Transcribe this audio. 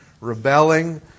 rebelling